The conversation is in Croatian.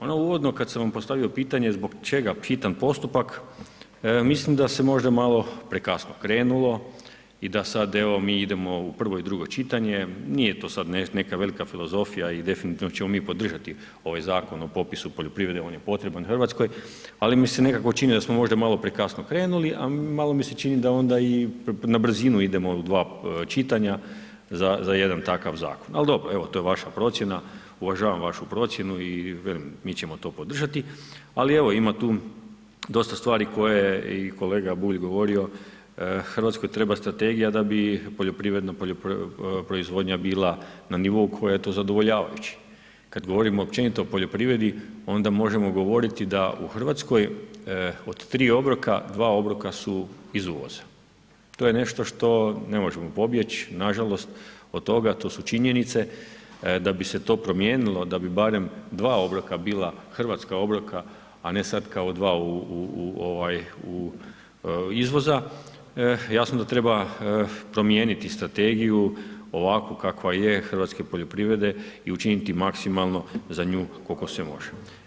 Ono uvodno kad sam postavio pitanje zbog čega hitan postupak, mislim da se možda malo prekasno krenulo i da sad evo mi idemo u prvo i drugo čitanje, nije to sad neka velika filozofija i definitivno ćemo mi podržati ovaj zakon o popisu poljoprivrede, on je potreban Hrvatskoj, ali mi se nekako čini da smo možda malo prekasno krenuli a malo mi se čini da onda i na brzinu idemo u dva čitanja za jedan takav zakon ali dobro, evo to je vaša procjena, uvažavam vašu procjenu i velim, mi ćemo to podržati ali evo, ima tu dosta stvari koje je i kolega Bulj govorio, Hrvatskoj treba strategija da bi poljoprivredna proizvodnja bila na nivou koja je to zadovoljavajući , kad govorimo općenito o poljoprivredi, onda možemo govoriti da u Hrvatskoj od tri obroka, dva obroka su iz uvoza, to je nešto što ne možemo pobjeći, nažalost od toga, to su činjenice, da bi se to promijenilo, da bi barem dva obroka bila hrvatska obroka a ne sad kao dva izvoza, jasno da treba promijeniti strategiju, ovakvu kakva je hrvatske poljoprivrede i učiniti maksimalno za nju koliko se može.